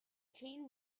chain